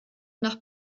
nach